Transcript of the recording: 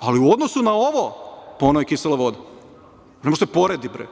ali u odnosu na ovo, pa ono je kisela voda. Ne može da se poredi, bre!